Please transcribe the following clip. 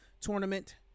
tournament